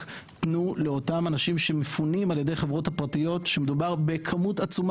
רק תנו לאותם אנשים שמפונים על ידי החברות הפרטיות מדובר במספר עצום.